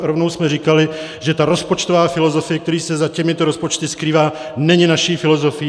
Rovnou jsme říkali, že ta rozpočtová filozofie, která se za těmito rozpočty skrývá, není naší filozofií.